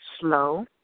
slow